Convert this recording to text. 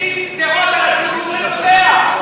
מתים מגזירות על הציבור והוא נוסע.